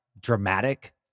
dramatic